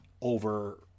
over